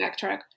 backtrack